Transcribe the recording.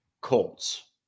colts